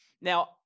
Now